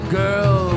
girl